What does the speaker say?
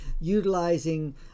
utilizing